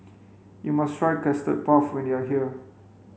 you must try custard puff when you are here